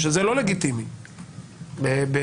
וזה לא לגיטימי בשוטף.